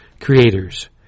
creators